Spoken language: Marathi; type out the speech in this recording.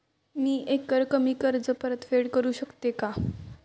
मी एकरकमी कर्ज परतफेड करू शकते का?